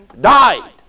died